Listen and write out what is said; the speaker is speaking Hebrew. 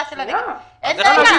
--- הגדרה של מחוז דרום -- אין בעיה.